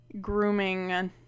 grooming